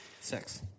Six